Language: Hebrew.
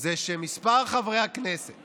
זה שמספר חברי הכנסת